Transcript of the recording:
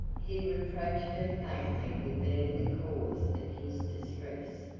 he reproached her faintly with being the cause of his distress,